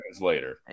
later